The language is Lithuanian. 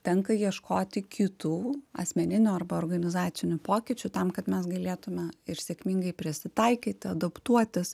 tenka ieškoti kitų asmeninių arba organizacinių pokyčių tam kad mes galėtume ir sėkmingai prisitaikyti adaptuotis